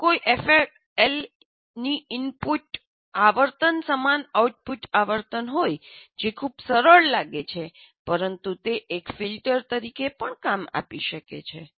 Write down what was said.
જો કોઈ એફએલએલની ઇનપુટ આવર્તન સમાન આઉટપુટ આવર્તન હોય જે ખૂબ સરળ લાગે છે પરંતુ તે એક ફિલ્ટર તરીકે પણ કામ આપી શકે છે